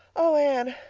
oh, anne,